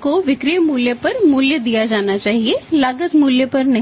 को विक्रय मूल्य पर मूल्य दिया जाना चाहिए लागत मूल्य पर नहीं